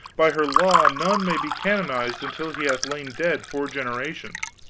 by her law none may be canonized until he hath lain dead four generations.